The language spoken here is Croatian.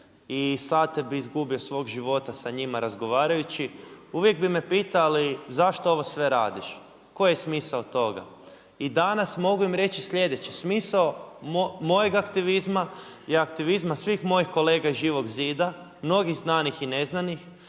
i sate bi izgubio svog života sa njima razgovarajući, uvijek bi me pitali zašto ovo sve radiš, koji je smisao toga. I danas mogu im reći sljedeće, smisao mojeg aktivizma i aktivizma svih mojih kolega iz Živog zida, mnogih znanih i neznanih